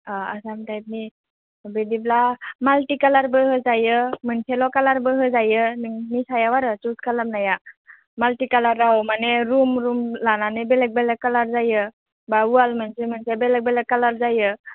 अ आसाम टाइपनि बिदिब्ला माल्टि कालारबो होजायो मोनसेल' कालारबो होजायो नोंनि सायाव आरो चुज खालामनाया माल्टि कालाराव माने रुम रुम लानानै बेलेक बेलेक कालार जायो बा वाल मोनसे मोनसे बेलेक बेलेक कालार जायो